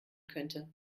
könnte